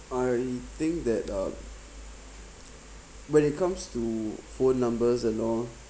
I think that uh when it comes to phone numbers and all